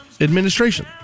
Administration